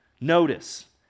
notice